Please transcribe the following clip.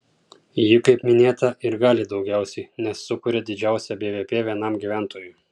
ji kaip minėta ir gali daugiausiai nes sukuria didžiausią bvp vienam gyventojui